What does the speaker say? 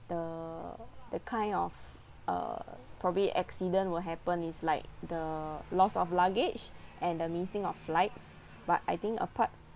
the the kind of uh probably accident will happen is like the lost of luggage and the missing of flights but I think apart